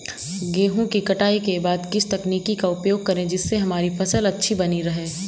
गेहूँ की कटाई के बाद किस तकनीक का उपयोग करें जिससे हमारी फसल अच्छी बनी रहे?